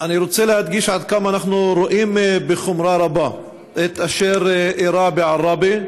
אני רוצה להדגיש עד כמה אנחנו רואים בחומרה רבה את אשר אירע בעראבה.